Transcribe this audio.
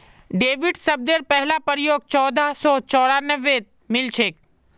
debit शब्देर पहला प्रयोग चोदह सौ चौरानवेत मिलछेक